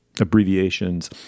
abbreviations